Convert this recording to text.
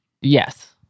Yes